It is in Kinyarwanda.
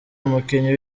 umukinnyi